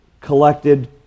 collected